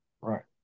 right